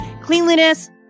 Cleanliness